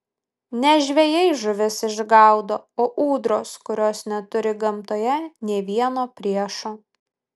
ne žvejai žuvis išgaudo o ūdros kurios neturi gamtoje nė vieno priešo